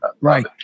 Right